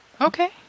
Okay